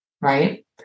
right